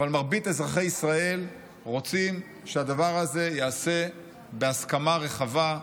אבל מרבית אזרחי ישראל רוצים שהדבר הזה ייעשה בהסכמה רחבה,